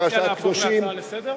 פרשת קדושים,